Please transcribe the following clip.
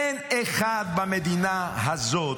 אין אחד במדינה הזאת,